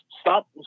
stop